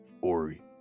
Ori